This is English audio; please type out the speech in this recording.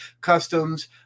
customs